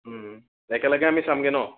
একেলগে আমি চামগে ন